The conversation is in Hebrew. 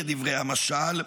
כדברי המשל,